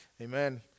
Amen